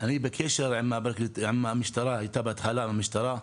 הייתי בקשר בהתחלה עם המשטרה,